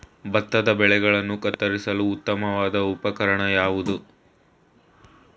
ಭತ್ತದ ಬೆಳೆಗಳನ್ನು ಕತ್ತರಿಸಲು ಉತ್ತಮವಾದ ಉಪಕರಣ ಯಾವುದು?